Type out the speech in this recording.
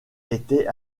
étaient